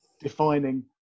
defining